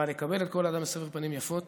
אבל לקבל כל אדם בסבר פנים יפות